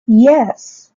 yes